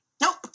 Nope